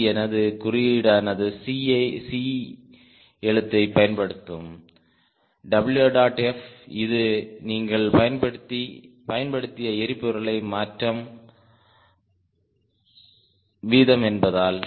C எனது குறியீடானது C எழுத்தை பயன்படுத்தும் Ẃf இது நீங்கள் பயன்படுத்திய எரிபொருளை மாற்றும் வீதம் என்பதால்